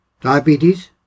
diabetes